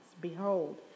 Behold